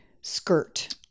skirt